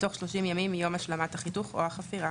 בתוך 30 ימים מיום השלמת החיתוך או החפירה,